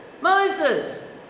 Moses